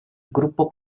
gruppo